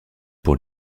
pour